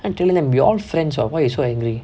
I tell them we are all friends what why you so angry